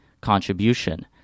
contribution